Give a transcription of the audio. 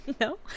no